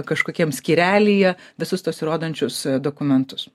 kažkokiam skyrelyje visus tuos įrodančius dokumentus